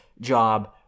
job